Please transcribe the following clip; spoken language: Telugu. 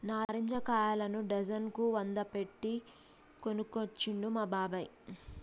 నారింజ కాయలను డజన్ కు వంద పెట్టి కొనుకొచ్చిండు మా బాబాయ్